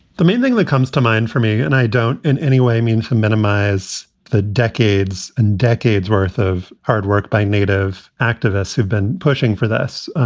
the main thing that comes to mind for me and i don't in any way mean to minimize the decades and decades worth of hard work by native activists who've been pushing for this.